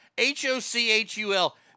H-O-C-H-U-L